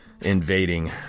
invading